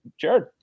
jared